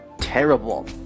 terrible